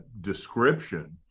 description